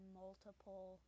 multiple